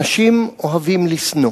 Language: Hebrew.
אנשים אוהבים לשנוא.